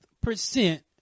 percent